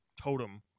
totem